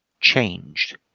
changed